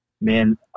man